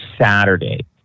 Saturday